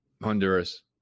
Honduras